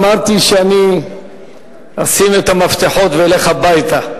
אפילו אמרתי שאשים את המפתחות ואלך הביתה.